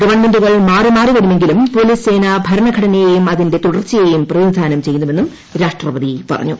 ഗവൺമെന്റുകൾ മാറി മാറി വരുമെങ്കിലും പോലീസ് സേന ഭരണഘടനയെയും അതിന്റെ തുടർച്ചയെയും പ്രതിനിധാനം ചെയ്യുന്നുവെന്നും രാഷ്ട്രപതി പറഞ്ഞു